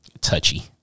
touchy